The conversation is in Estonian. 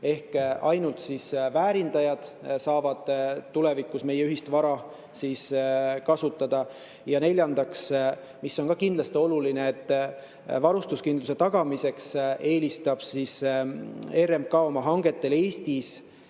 ehk ainult väärindajad saavad tulevikus meie ühist vara kasutada. Neljandaks on kindlasti oluline, et varustuskindluse tagamiseks eelistab RMK oma hangetel